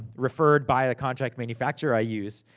referred by the contract manufacturer i use.